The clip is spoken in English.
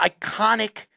iconic